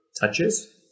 touches